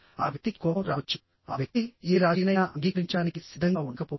ఆ వ్యక్తికి కోపం రావచ్చు ఆ వ్యక్తి ఏ రాజీనైనా అంగీకరించడానికి సిద్ధంగా ఉండకపోవచ్చు